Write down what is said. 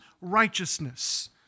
righteousness